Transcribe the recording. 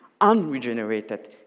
unregenerated